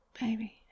Baby